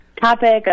topic